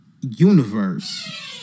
universe